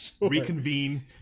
reconvene